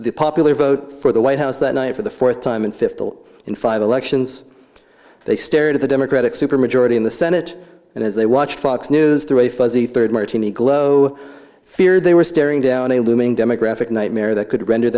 the popular vote for the white house that night for the fourth time in fifty in five elections they stared at the democratic super majority in the senate and as they watched fox news through a fuzzy third martini glow feared they were staring down a looming demographic nightmare that could render